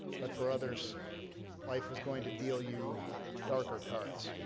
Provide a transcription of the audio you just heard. but for others life was going to deal you darker cards,